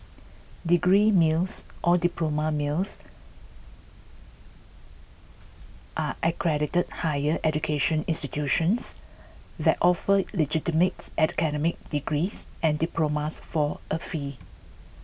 degree mills or diploma mills are unaccredited higher education institutions that offer illegitimate academic degrees and diplomas for a fee